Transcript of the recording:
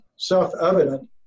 self-evident